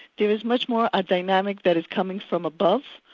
there is much more a dynamic that is coming from above,